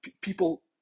people